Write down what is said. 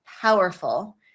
powerful